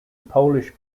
polish